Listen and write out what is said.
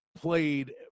played